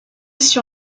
sur